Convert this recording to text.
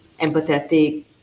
empathetic